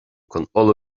chun